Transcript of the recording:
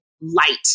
light